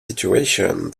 situation